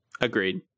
agreed